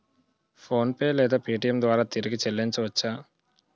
PhonePe లేదా Paytm ద్వారా తిరిగి చల్లించవచ్చ?